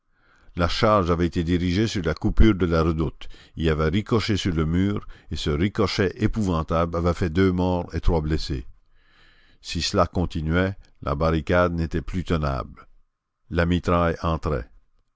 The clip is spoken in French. la charge avait été dirigée sur la coupure de la redoute y avait ricoché sur le mur et ce ricochet épouvantable avait fait deux morts et trois blessés si cela continuait la barricade n'était plus tenable la mitraille entrait